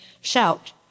shout